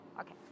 Okay